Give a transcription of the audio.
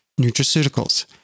nutraceuticals